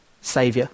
Saviour